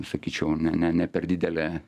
sakyčiau ne ne ne per didelę